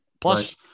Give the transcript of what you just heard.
Plus